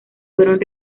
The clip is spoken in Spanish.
fueron